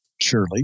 surely